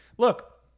Look